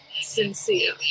sincere